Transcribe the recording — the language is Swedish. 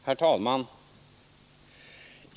Herr talman!